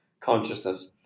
consciousness